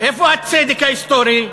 איפה הצדק ההיסטורי?